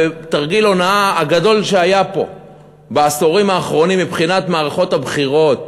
בתרגיל ההונאה הגדול שהיה פה בעשורים האחרונים מבחינת מערכות הבחירות,